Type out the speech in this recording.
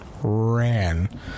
Ran